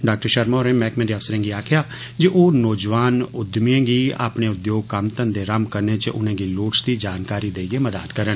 doctor Sharma होरें मैहकमें दे अफसरें आक्खेया जे ओ नौजआन उद्यमियें गी अपने उद्योग कम्म धंघे रम्म करने च उनेंगी लोढ़चदी जानकारी देइयै मदाद करन